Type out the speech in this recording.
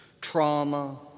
trauma